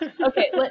Okay